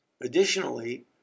Additionally